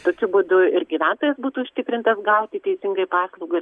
tokiu būdu ir gyventojas būtų užtikrintas gauti teisingai paslaugas